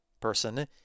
person